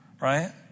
right